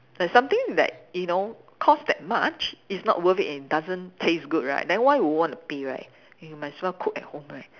there's some things that you know cost that much is not worth it and it doesn't taste good right then why would wanna pay right you might as well cook at home right